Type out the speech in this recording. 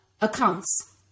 accounts